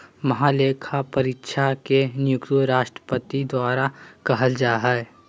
महालेखापरीक्षक के नियुक्ति राष्ट्रपति द्वारा कइल जा हइ